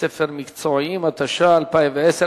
אין נמנעים.